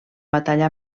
batalla